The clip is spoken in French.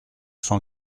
cent